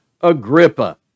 Agrippa